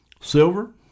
silver